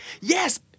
Yes